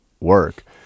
work